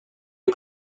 les